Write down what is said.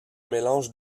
mélange